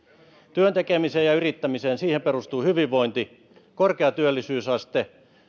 työn tekemiseen ja yrittämiseen siihen perustuu hyvinvointi korkea työllisyysaste